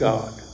God